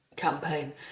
Campaign